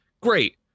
Great